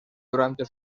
durante